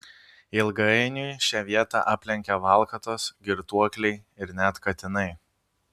ilgainiui šią vietą aplenkia valkatos girtuokliai ir net katinai